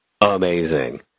amazing